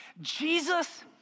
Jesus